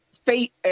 fate